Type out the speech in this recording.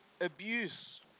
abuse